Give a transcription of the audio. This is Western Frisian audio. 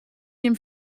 jim